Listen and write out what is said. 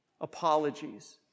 Apologies